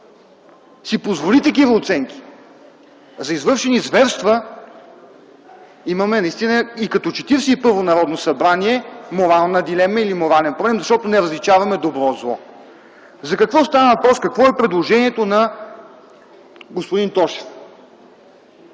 си позволи такива оценки за извършени зверства, имаме наистина и като Четиридесет и първо Народно събрание морална дилема или морален проблем, защото не различаваме добро от зло. За какво става въпрос, какво е предложението на господин Тошев?